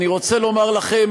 אני רוצה לומר לכם,